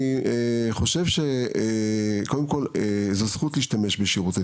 אני חושב שקודם כל זו זכות להשתמש בשירותי